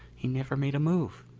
he never made a move.